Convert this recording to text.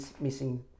missing